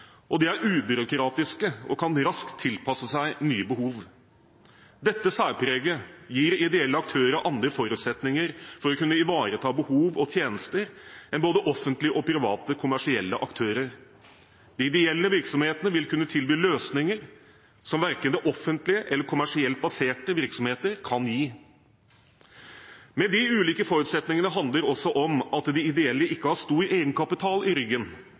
og de er ubyråkratiske og kan raskt tilpasse seg nye behov. Dette særpreget gir ideelle aktører andre forutsetninger for å kunne ivareta behov og tjenester enn både offentlige og private kommersielle aktører har. De ideelle virksomhetene vil kunne tilby løsninger som verken det offentlige eller kommersielt baserte virksomheter kan gi. Men de ulike forutsetningene handler også om at de ideelle ikke har stor egenkapital i ryggen.